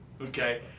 okay